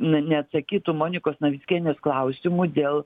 na neatsakytų monikos navickienės klausimų dėl